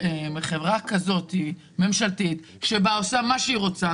חברה ממשלתית כזאת עושה מה שהיא רוצה,